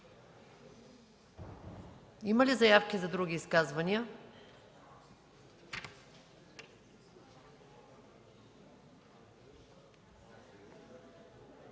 Има ли заявки за други изказвания?